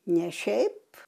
ne šiaip